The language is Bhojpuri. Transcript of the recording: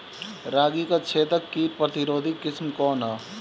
रागी क छेदक किट प्रतिरोधी किस्म कौन ह?